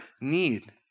need